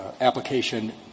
application